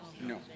No